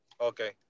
okay